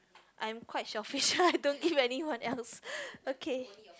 I'm quite selfish so I don't give anyone else okay